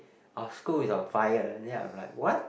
our school is on fire then I'm like what